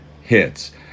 hits